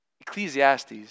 Ecclesiastes